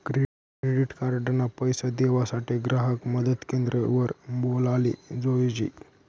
credit card ना पैसा देवासाठे ग्राहक मदत क्रेंद्र वर बोलाले जोयजे